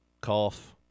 cough